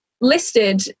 listed